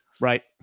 right